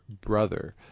brother